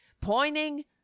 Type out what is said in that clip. pointing